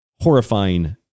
horrifying